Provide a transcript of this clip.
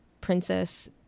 princess